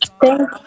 Thank